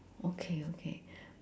okay okay